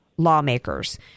lawmakers